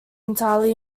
entirely